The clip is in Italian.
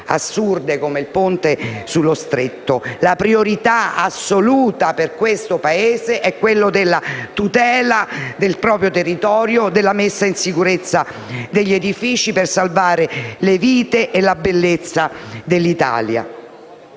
assurde come il ponte sullo Stretto: la priorità assoluta per questo Paese è la tutela del suo territorio e la messa in sicurezza degli edifici per salvare le vite e la bellezza dell'Italia.